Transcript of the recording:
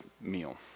meal